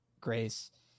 Grace